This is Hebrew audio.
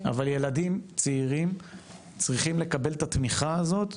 אבל ילדים צעירים צריכים לקבל את התמיכה הזאת.